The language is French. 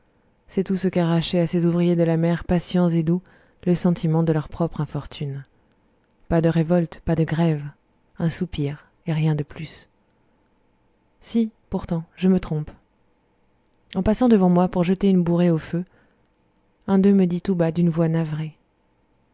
c'est tout ce qu'arrachait à ces ouvriers de la mer patients et doux le sentiment de leur propre infortune pas de révoltes pas de grèves un soupir et rien de plus si pourtant je me trompe en passant devant moi pour jeter une bourrée au feu un d'eux me dit tout bas d'une voix navrée